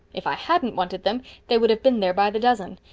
if i hadn't wanted them they would have been there by the dozen.